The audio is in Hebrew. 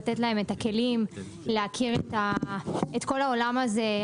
לתת להן את הכלים להכיר את כל העולם הזה.